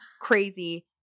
crazy